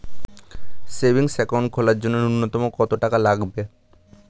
Savings account খোলার জন্য নূন্যতম কত টাকা লাগবে?